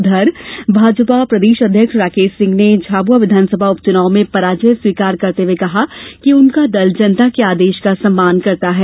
उधर भाजपा प्रदेश अध्यक्ष राकर्रश सिंह ने झाबुआ विधानसभा उपचुनाव में पराजय स्वीकार करते हुए कहा कि उनका दल जनता के आदेश का सम्मान करता है